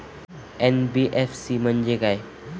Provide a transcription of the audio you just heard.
NBFC म्हणजे काय?